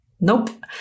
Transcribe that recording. Nope